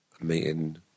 meeting